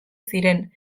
ziren